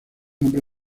nombre